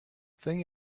thing